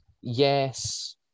yes